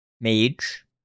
Mage